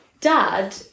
dad